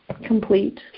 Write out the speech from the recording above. complete